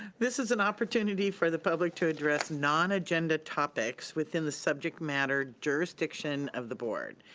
this is an opportunity for the public to address non-agenda topics within the subject matter jurisdiction of the board.